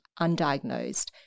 undiagnosed